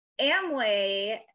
Amway